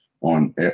on